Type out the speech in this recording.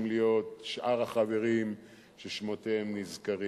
להיות שאר החברים ששמותיהם נזכרים.